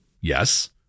yes